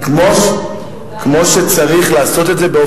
כמו שאנחנו אומרים עכשיו,